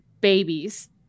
babies